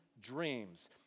dreams